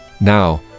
now